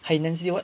high intensity what